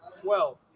Twelve